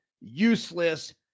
useless